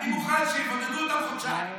אני מוכן שיבודדו אותם חודשיים.